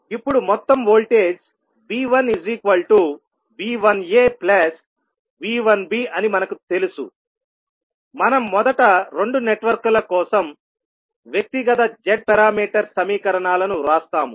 ఇప్పుడు మొత్తం voltage V1V1aV1b అని మనకు తెలుసుమనం మొదట రెండు నెట్వర్క్ల కోసం వ్యక్తిగత z పారామీటర్ సమీకరణాలను వ్రాస్తాము